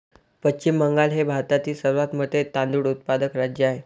पश्चिम बंगाल हे भारतातील सर्वात मोठे तांदूळ उत्पादक राज्य आहे